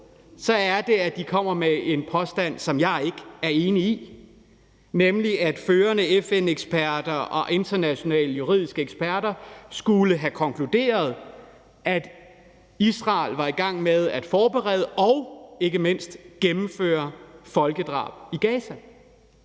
kan se, at de kommer med en påstand, som jeg ikke er enig i, nemlig at førende FN-eksperter og internationale juridiske eksperter skulle have konkluderet, at Israel var i gang med at forberede og ikke mindst gennemføre et folkedrab i Gaza.